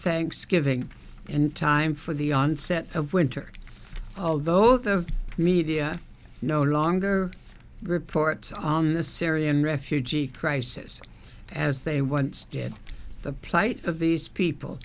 thanksgiving in time for the onset of winter although the media no longer reports on the syrian refugee crisis as they once did the plight of these people